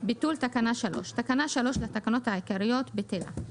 תיקון תקנה 3 2. תקנה 3 לתקנות העיקריות בטלה.